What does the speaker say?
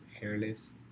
hairless